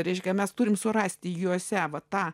reiškia mes turime surasti juose va tą